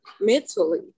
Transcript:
mentally